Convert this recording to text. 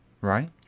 Right